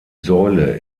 säule